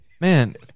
man